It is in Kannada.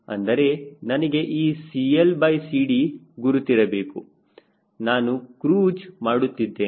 ಅಂದರೆ ನನಗೆ ಈ CLCD ಗುರುತ್ ಇರಬೇಕು ನಾನು ಕ್ರೂಜ್ ಮಾಡುತ್ತಿದ್ದೇನೆ